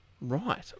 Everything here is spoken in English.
Right